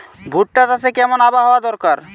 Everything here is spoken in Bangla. ভুট্টা চাষে কেমন আবহাওয়া দরকার?